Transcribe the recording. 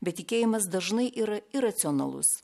bet tikėjimas dažnai yra iracionalus